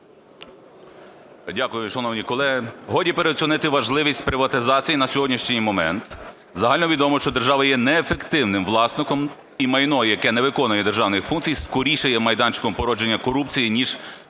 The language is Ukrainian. Дякую. Шановні колеги, годі переоцінити важливість приватизації на сьогоднішній момент. Загальновідомо, що держава є неефективним власником, і майно, яке не виконує державних функцій, скоріше є майданчиком породження корупції, ніж прибутком